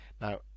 Now